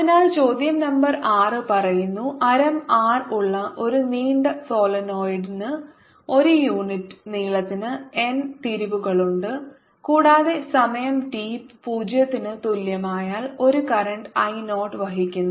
അതിനാൽ ചോദ്യo നമ്പർ 6 പറയുന്നു ആരം r ഉള്ള ഒരു നീണ്ട സോളിനോയിഡിന് ഒരു യൂണിറ്റ് നീളത്തിന് n തിരിവുകളുണ്ട് കൂടാതെ സമയം ടി പൂജ്യത്തിനു തുല്യമായാൽ ഒരു കറന്റ് I നോട്ട് വഹിക്കുന്നു